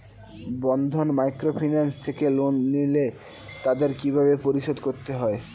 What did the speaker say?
বন্ধন microfinance থেকে loan নিলে তাদের কিভাবে পরিশোধ করতে হয়?